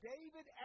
David